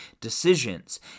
decisions